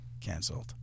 Canceled